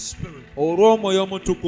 Spirit